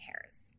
hairs